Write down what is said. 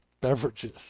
beverages